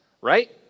right